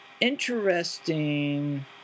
interesting